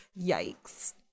yikes